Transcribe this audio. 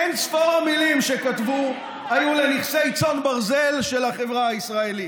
אין ספור המילים שכתבו היו לנכסי צאן ברזל של החברה הישראלית.